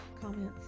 comments